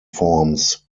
forms